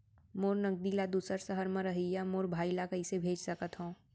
मोर नगदी ला दूसर सहर म रहइया मोर भाई ला कइसे भेज सकत हव?